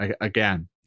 again